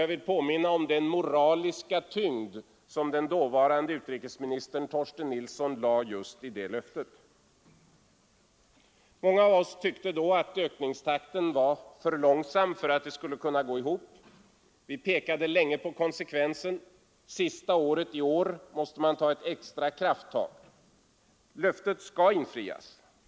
Jag vill påminna om den moraliska tyngd som den dåvarande utrikesministern, Torsten Nilsson, lade i det löftet. Många av oss tyckte då att ökningstakten var för långsam för att det skulle kunna gå ihop. Vi pekade länge på konsekvensen: sista året, i år, måste man ta ett extra krafttag. Löftet skall infrias.